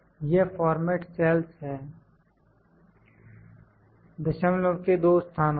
यह format cells हैं दशमलव के दो स्थानों तक